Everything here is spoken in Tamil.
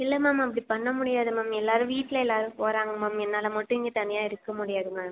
இல்லை மேம் அப்படி பண்ண முடியாது மேம் எல்லாேரும் வீட்டில் எல்லாேரும் போகிறாங்க மேம் என்னால் மட்டும் இங்கே தனியாக இருக்க முடியாது மேம்